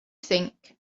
think